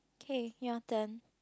okay ya then